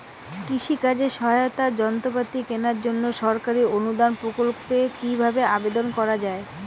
কৃষি কাজে সহায়তার যন্ত্রপাতি কেনার জন্য সরকারি অনুদান প্রকল্পে কীভাবে আবেদন করা য়ায়?